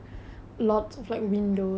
oh that's nice